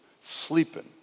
sleeping